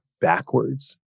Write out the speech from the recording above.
backwards